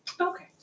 okay